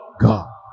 God